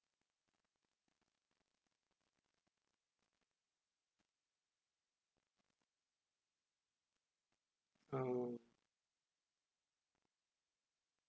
oh